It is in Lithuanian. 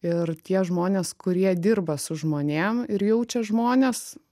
ir tie žmonės kurie dirba su žmonėm ir jaučia žmones